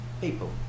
people